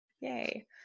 Yay